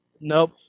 Nope